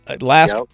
Last